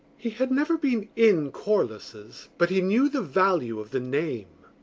he had never been in corless's but he knew the value of the name.